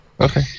Okay